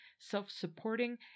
self-supporting